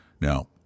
now